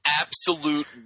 absolute